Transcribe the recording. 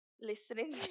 listening